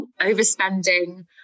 Overspending